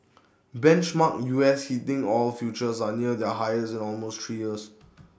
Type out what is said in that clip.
benchmark U S heating oil futures are near their highest in almost three years